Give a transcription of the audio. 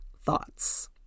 thoughts